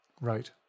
Right